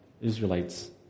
Israelites